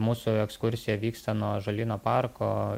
mūsų ekskursija vyksta nuo ąžuolyno parko